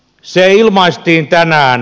se ilmaistiin tänään